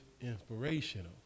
inspirational